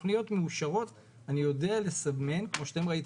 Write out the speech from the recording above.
אני יודע לסמן מלבן